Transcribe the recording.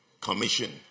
Commission